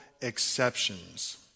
exceptions